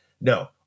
No